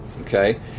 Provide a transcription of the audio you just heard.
Okay